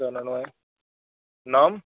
नाम